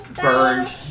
burned